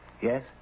Yes